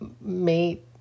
mate